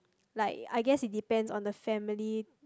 like I guess it depends on the family